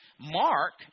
Mark